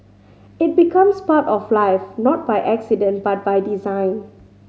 it becomes part of life not by accident but by design